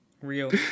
Real